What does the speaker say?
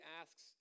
asks –